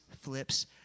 flips